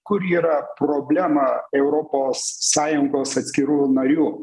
kur yra problema europos sąjungos atskirų narių